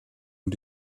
und